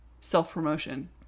self-promotion